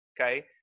okay